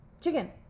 Chicken